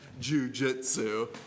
jujitsu